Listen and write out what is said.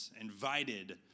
Invited